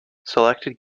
selected